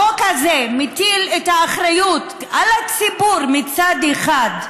החוק הזה מטיל את האחריות על הציבור: מצד אחד,